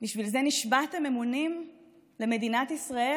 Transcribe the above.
בשביל זה נשבעתם אמונים למדינת ישראל,